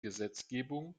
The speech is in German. gesetzgebung